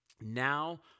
Now